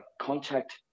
contact